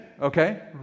Okay